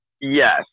yes